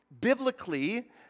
biblically